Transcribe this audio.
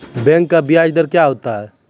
Bank का ब्याज दर क्या होता हैं?